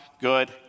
good